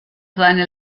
seine